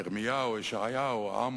זה סיפור של מיליארד, מיליארד וחצי.